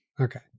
Okay